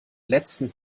letzten